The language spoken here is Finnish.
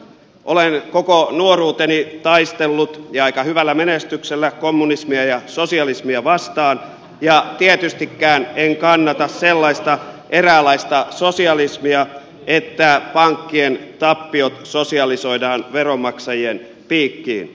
olen koko nuoruuteni taistellut ja aika hyvällä menestyksellä kommunismia ja sosialismia vastaan ja tietystikään en kannata sellaista eräänlaista sosialismia että pankkien tappiot sosialisoidaan veronmaksajien piikkiin